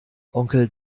onkel